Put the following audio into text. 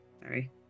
Sorry